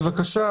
בבקשה,